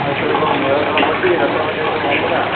ଆଉ ଏଥରକ ମେଳା ଫେଳା ପଡ଼ିଛି କି ଯାତ୍ରା ପାର୍ଟି ଅପେରା